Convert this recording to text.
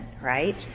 right